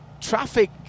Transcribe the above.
traffic